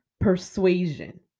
persuasion